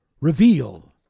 reveal